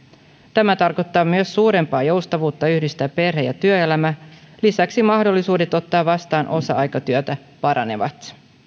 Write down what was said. tämä tarkoittaa myös suurempaa joustavuutta yhdistää perhe ja työelämä lisäksi mahdollisuudet ottaa vastaan osa aikatyötä paranevat